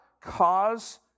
cause